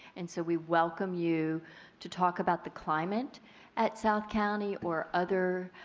and so we welcome you to talk about the climate at south county or other